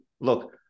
look